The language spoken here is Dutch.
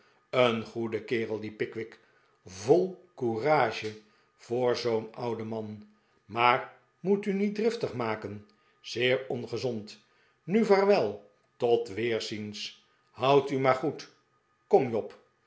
een goede kerel die pickwick vol courage voor zoo'n ouden man maar moet u niet driftig maken zeer ongezond nu vaarwel tot weerziens houd u maar goed kom job